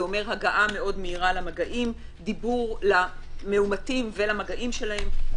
זה אומר הגעה מאוד מהירה למאומתים ולמגעים שלהם,